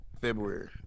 February